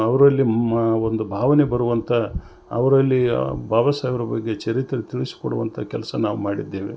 ಅವರಲ್ಲಿ ಮ ಒಂದು ಭಾವನೆ ಬರುವಂಥ ಅವರಲ್ಲಿ ಬಾಬಾ ಸಾಹೇಬ್ರ್ ಬಗ್ಗೆ ಚರಿತ್ರೆ ತಿಳಿಸ್ಕೊಡುವಂಥ ಕೆಲಸ ನಾವು ಮಾಡಿದ್ದೇವೆ